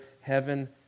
heaven